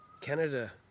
Canada